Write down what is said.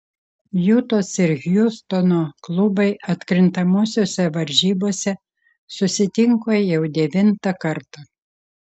jutos ir hjustono klubai atkrintamosiose varžybose susitinka jau devintą kartą